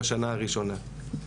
בשנה הראשונה.